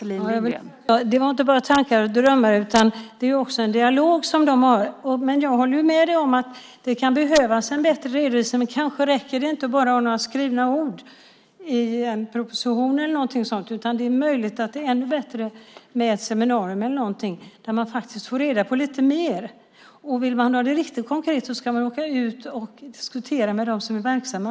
Fru talman! Det var inte bara tankar och drömmar. Det är också en dialog. Men jag kan hålla med dig om att det kan behövas en bättre redovisning. Men det kanske inte räcker med bara några skrivna ord i en proposition eller någonting sådant. Det är möjligt att det är ännu bättre med ett seminarium eller någonting, där man får reda på lite mer. Om man vill ha det riktigt konkret ska man åka ut och diskutera med dem som är verksamma.